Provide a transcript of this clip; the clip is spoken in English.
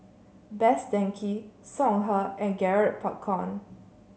Best Denki Songhe and Garrett Popcorn